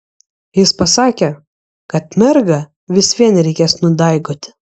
jis pasakė kad mergą vis vien reikės nudaigoti